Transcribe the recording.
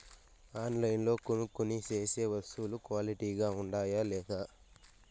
ఆన్లైన్లో కొనుక్కొనే సేసే వస్తువులు క్వాలిటీ గా ఉండాయా లేదా?